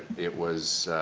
it was